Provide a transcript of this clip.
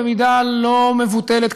במידה לא מבוטלת,